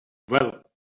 well